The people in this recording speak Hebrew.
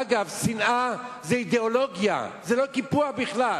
אגב, שנאה זה אידיאולוגיה, זה לא קיפוח בכלל.